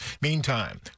Meantime